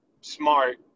smart